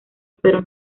pero